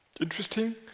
interesting